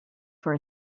for